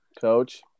Coach